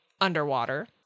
underwater